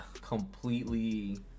completely